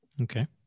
Okay